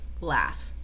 laugh